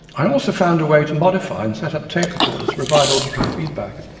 i also found a way to modify and set up tape recorders to provide auditory feedback,